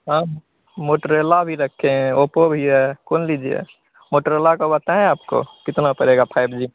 हाँ मोटोरोला भी रखे हैं ओप्पो भी है कौन लीजिएगा मोटरोला का बताएँ आपको कितना पड़ेगा फाइब जी